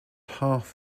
half